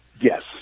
Yes